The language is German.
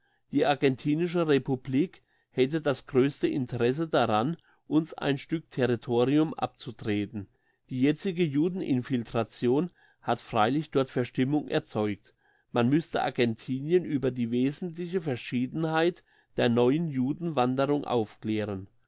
die argentinische republik hätte das grösste interesse daran uns ein stück territorium abzutreten die jetzige judeninfiltration hat freilich dort verstimmung erzeugt man müsste argentinien über die wesentliche verschiedenheit der neuen judenwanderung aufklären